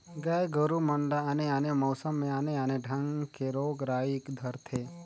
गाय गोरु मन ल आने आने मउसम में आने आने ढंग के रोग राई धरथे